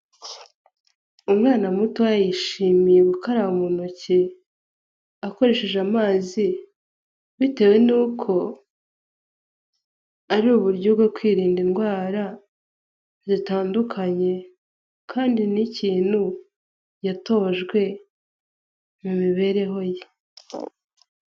Umwana mutoya yishimiye gukaraba mu ntoki akoresheje amazi, bitewe n'uko ari uburyo bwo kwirinda indwara zitandukanye kandi ni ikintu yatojwe mu mibereho ye.